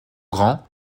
grands